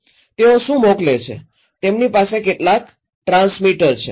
તેઓ શું મોકલે છે તેમની પાસે કેટલાક ટ્રાન્સમીટર છે